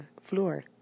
floor